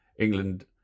England